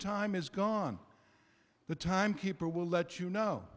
time is gone the time keeper will let you know